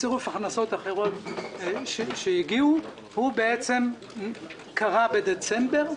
בצירוף הכנסות אחרות שהגיעו, בעצם קרה בדצמבר.